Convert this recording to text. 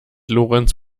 lorenz